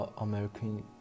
american